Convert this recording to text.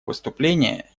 выступление